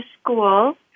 school